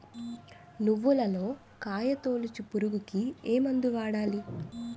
నువ్వులలో కాయ తోలుచు పురుగుకి ఏ మందు వాడాలి?